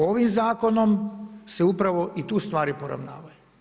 Ovim zakonom se upravo i tu stvari poravnavanju.